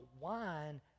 wine